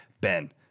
Ben